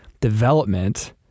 development